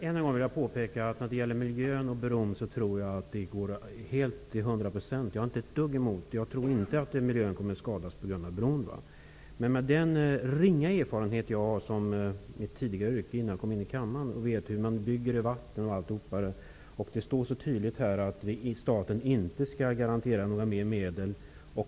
Fru talman! Jag vill än en gång påpeka att jag inte tror att miljön kommer att skadas på grund av bron. Det står tydligt att staten inte skall garantera ytterligare medel. Jag har dock en viss, om än ringa, erfarenhet från mitt tidigare yrke och vet hur man bygger i vatten.